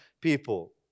people